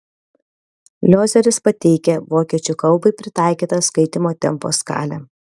liozeris pateikia vokiečių kalbai pritaikytą skaitymo tempo skalę